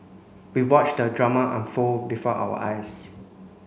we watched the drama unfold before our eyes